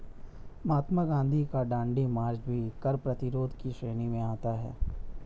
महात्मा गांधी का दांडी मार्च भी कर प्रतिरोध की श्रेणी में आता है